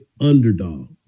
underdog